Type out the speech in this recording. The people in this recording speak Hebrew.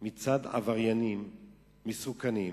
מצד עבריינים מסוכנים,